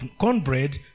cornbread